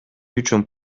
үчүн